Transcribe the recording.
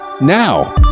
now